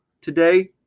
Today